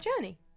journey